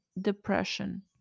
depression